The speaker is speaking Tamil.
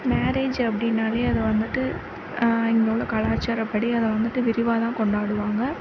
மேரேஜ் அப்படினாலே அதை வந்துட்டு இங்கே உள்ள கலாச்சாரப்படி அதை வந்துட்டு விரிவாகதான் கொண்டாடுவாங்க